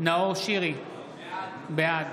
נאור שירי, בעד